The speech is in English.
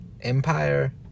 empire